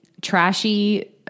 trashy